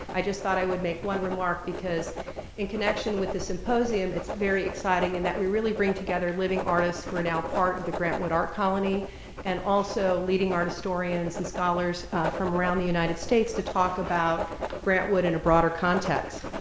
i just thought i would make one remark, because in connection with the symposium it's very exciting in that we really bring together living artists who are no and ah part of the grant wood art colony and also leading art historians and scholars from around the united states to talk about grant wood in a broader context.